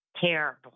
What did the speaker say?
Terrible